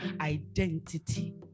identity